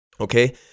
okay